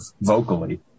vocally